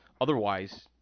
Otherwise